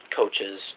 coaches